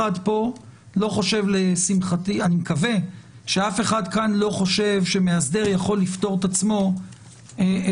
אני מקווה שאף אחד כאן לא חושב שמאסדר יכול לפטור את עצמו מלחשוב